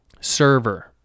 Server